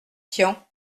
tian